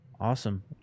Awesome